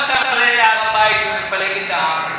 למה אתה עולה להר-הבית ומפלג את העם